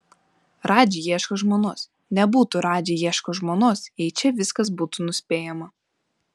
radži ieško žmonos nebūtų radži ieško žmonos jei čia viskas būtų nuspėjama